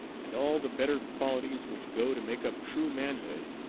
and all the better qualities which go to make up true manhood,